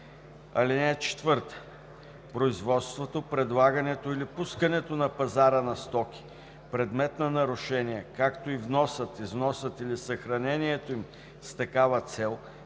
неправомерно. (4) Производството, предлагането или пускането на пазара на стоки – предмет на нарушение, както и вносът, износът или съхранението им с такива цели